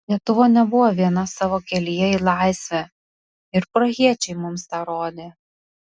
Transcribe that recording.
lietuva nebuvo viena savo kelyje į laisvę ir prahiečiai mums tą rodė